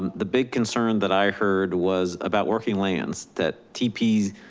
the big concern that i heard was about working lands that tp